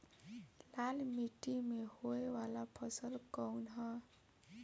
लाल मीट्टी में होए वाला फसल कउन ह?